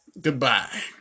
Goodbye